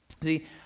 See